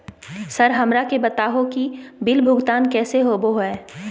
Sir हमरा के बता हो कि बिल भुगतान कैसे होबो है?